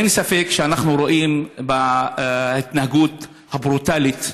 אין ספק שאנחנו רואים בהתנהגות הברוטלית,